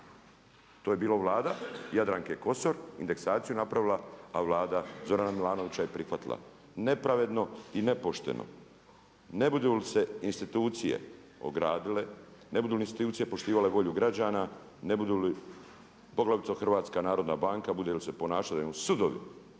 To je bila Vlada Jadranke Kosor, indeksaciju napravila, a Vlada Zorana Milanovića je prihvatila. Nepravedno i nepošteno. Ne budu li se institucije ogradile, ne budu li institucije poštivale volju građana, ne budu li poglavito HNB bude li se ponašala da im sudovi